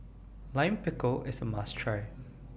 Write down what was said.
Lime Pickle IS A must Try